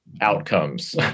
outcomes